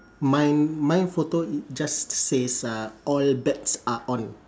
mine mine photo just says uh all bets are on